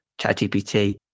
ChatGPT